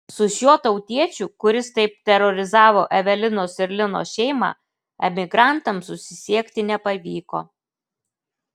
su šiuo tautiečiu kuris taip terorizavo evelinos ir lino šeimą emigrantams susisiekti nepavyko